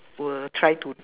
will try to